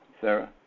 Sarah